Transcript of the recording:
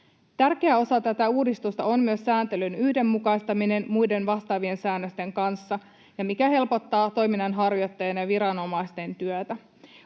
Tärkeä osa tätä uudistusta on myös sääntelyn yhdenmukaistaminen muiden vastaavien säännösten kanssa, mikä helpottaa toiminnanharjoittajien ja viranomaisten työtä.